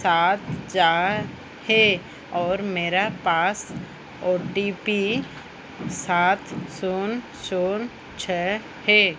सात चार है और मेरा पास ओ टी पी सात शून्य शून्य छः है